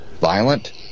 violent